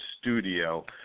studio